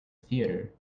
theater